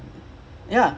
corner flag